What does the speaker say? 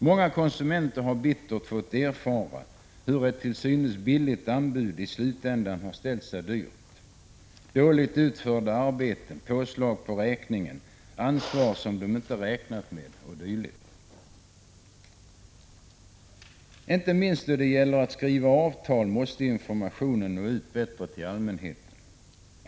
Många konsumenter har bittert fått erfara att ett till synes lågt anbud i slutändan ställt sig dyrt: dåligt utförda arbeten, påslag på räkningen, ansvar som konsumenten inte räknat med o. d. Inte minst när det gäller att skriva avtal måste informationen nå ut bättre till allmänheten.